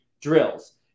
drills